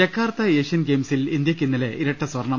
Jakarta Asian ഗെയിംസിൽ ഇന്ത്യക്ക് ഇന്നലെ ഇരട്ട സ്വർണം